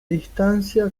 distancia